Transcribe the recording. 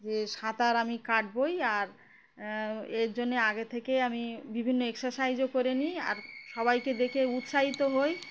যে সাঁতার আমি কাটবই আর এর জন্যে আগে থেকে আমি বিভিন্ন এক্সারসাইজও করে নিই আর সবাইকে দেখে উৎসাহিত হই